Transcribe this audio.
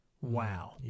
wow